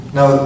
Now